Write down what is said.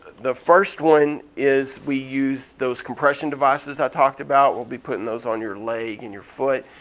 the first one is we use those compression devices i talked about, we'll be putting those on your leg and your foot,